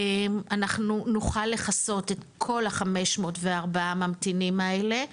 אנחנו נוכל לכסות את כל ה-504 ממתינים האלה.